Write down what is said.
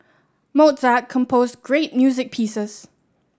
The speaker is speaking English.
Mozart composed great music pieces